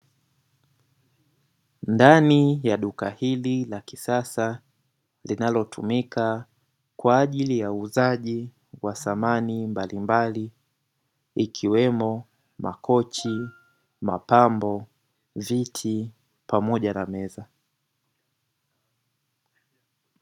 Ndani ya duka hili la kisasa linalotumika kwa ajili ya uuzaji wa samani mbalimbali ikiwemo makochi, mapambo, viti pamoja na meza.